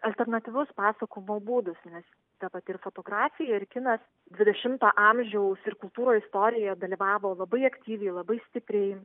alternatyvus pasakojimo būdus nes ta pati ir fotografija ir kinas dvidešimto amžiaus ir kultūrų istorijoje dalyvavo labai aktyviai labai stipriai